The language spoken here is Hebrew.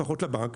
לפחות לבנק,